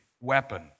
weapon